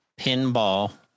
pinball